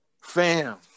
Fam